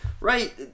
right